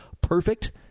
perfect